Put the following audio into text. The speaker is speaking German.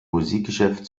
musikgeschäft